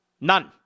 None